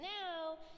now